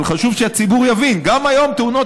אבל חשוב שהציבור יבין: גם היום תאונות